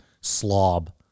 slob